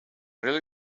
really